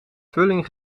vulling